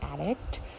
addict